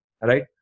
right